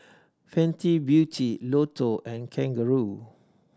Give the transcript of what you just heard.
Fenty Beauty Lotto and Kangaroo